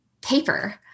paper